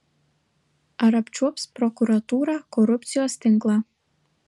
ar apčiuops prokuratūra korupcijos tinklą